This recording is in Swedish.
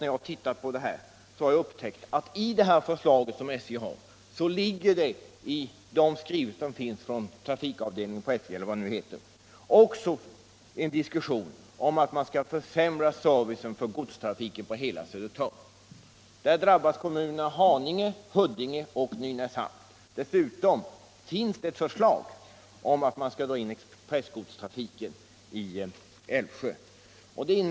Jag har upptäckt att det i skrivelser från SJ:s trafikavdelning också diskuteras en försämrad service för godstrafiken på hela Södertörn. Där drabbas kommunerna Haninge, Huddinge och Nynäshamn. Vidare finns förslag om att expressgodstrafiken i Älvsjö skall dras in.